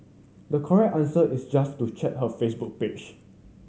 the correct answer is just to check her Facebook page